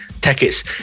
tickets